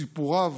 בסיפוריו